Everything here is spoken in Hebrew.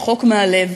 רחוק מהלב,